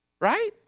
Right